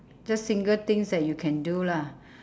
just single things that you can do lah